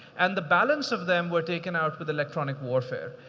and the balance of them were taken out with electronic warfare.